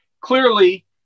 Clearly